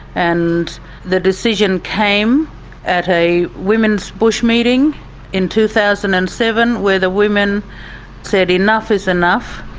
and the decision came at a women's bush meeting in two thousand and seven where the women said enough is enough,